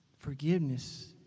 Forgiveness